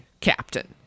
captain